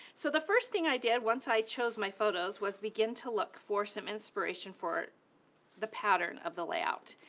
so the first thing i did once i chose my photos was begin to look for some inspiration for the pattern of the layout.